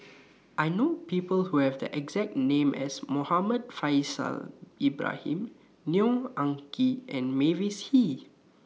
I know People Who Have The exact name as Muhammad Faishal Ibrahim Neo Anngee and Mavis Hee